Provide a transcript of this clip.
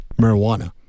marijuana